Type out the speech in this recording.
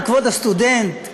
כבוד הסטודנט,